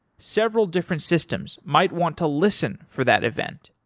several different systems might want to listen for that event.